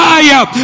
Fire